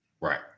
Right